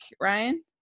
Ryan